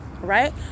right